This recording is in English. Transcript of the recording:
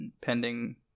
pending